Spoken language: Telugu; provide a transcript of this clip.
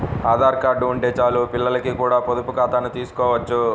ఆధార్ కార్డు ఉంటే చాలు పిల్లలకి కూడా పొదుపు ఖాతాను తీసుకోవచ్చు